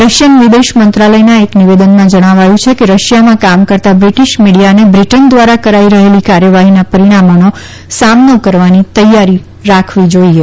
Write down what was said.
Russian વિદેશ મંત્રાલયના એક નિવેદનમાં કહ્યું છે કે રશિયામાં કામ કરતા બ્રિટિશ મીડિયાને બ્રિટન દ્વારા કરાઈ રહેલી કાર્યવાહીના પરિણામોનો સામનો કરવાની તૈયારી રાખવી જાઈએ